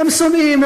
הם שונאים,